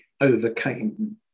overcame